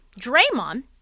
Draymond